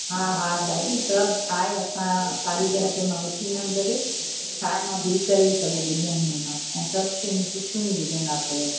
हा हा दादी सभु ठाहे असां क़ारीगर खे मां वठी ईंदमि गॾु ठाहे मां बीह करे सभु विझाईंदीमासि ऐं सभु शयूं सुठियूं ई विझंदासींव